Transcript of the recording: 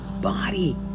body